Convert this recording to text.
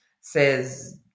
says